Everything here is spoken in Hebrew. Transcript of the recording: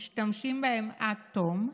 משתמשים בהם עד תום.